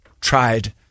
tried